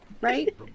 right